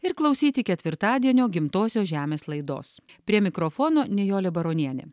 ir klausyti ketvirtadienio gimtosios žemės laidos prie mikrofono nijolė baronienė